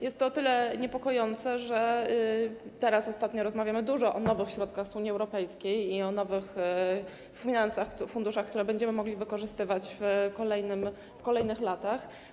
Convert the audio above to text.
Jest to o tyle niepokojące, że ostatnio rozmawiamy dużo o nowych środkach z Unii Europejskiej, o nowych finansach, funduszach, które będziemy mogli wykorzystywać w kolejnych latach.